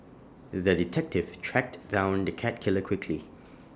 the detective tracked down the cat killer quickly